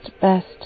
best